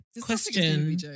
Question